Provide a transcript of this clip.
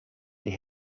die